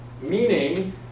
Meaning